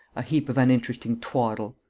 a heap of uninteresting twaddle!